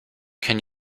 can